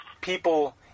People